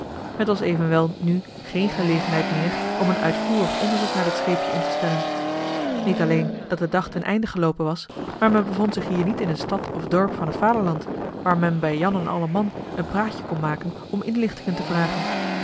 t was evenwel nu geen gelegenheid meer om een uitvoerig onderzoek naar dat scheepje in te stellen niet alleen dat de dag ten einde geloopen was maar men bevond zich hier niet in een stad of dorp van het vaderland waar men bij jan en alleman een praatje kon maken om inlichtingen te vragen